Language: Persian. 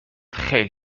خیلی